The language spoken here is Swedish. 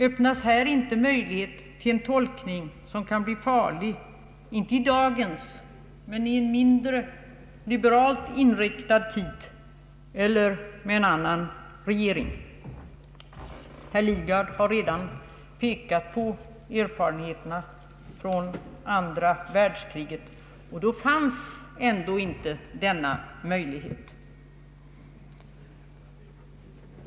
Öppnas inte här möjlighet till en tolkning som kan bli farlig, inte i dagens situation men i en mindre liberalt inriktad tid eller med en annan regering? Herr Lidgard har redan påkat på erfarenheterna från andra världskiget. Då fanns ändå inte denna möjlighet.